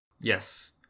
Yes